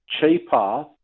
cheaper